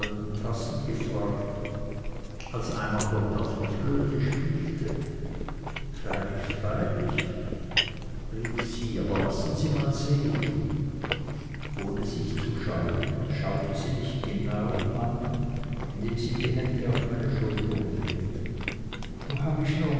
tassen gefragt als einer dort auf der flöte blies freilich freilich rief sie aber lassen sie mal sehen ohne sich zu scheuen schaute sie mich genau an indem sie die hände auf meine schultern legte wo hab ich heute nur